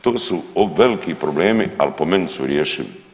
To su veliki problemi, ali po meni su rješivi.